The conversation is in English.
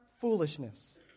foolishness